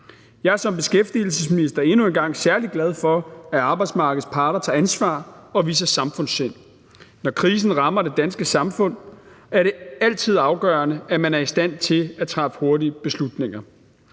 Jeg er som beskæftigelsesminister endnu en gang særlig glad for, at arbejdsmarkedets parter tager ansvar og viser samfundssind. Når krisen rammer det danske samfund, er det altid afgørende, at man er i stand til at træffe hurtige beslutninger,